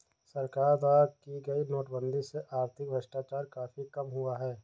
सरकार द्वारा की गई नोटबंदी से आर्थिक भ्रष्टाचार काफी कम हुआ है